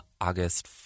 August